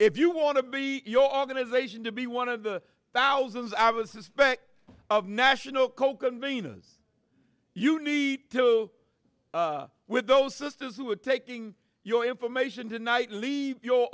you want to be your organization to be one of the thousands i would suspect of national coke and venus you need with those sisters who are taking your information tonight lead your